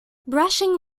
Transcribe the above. brushing